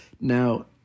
Now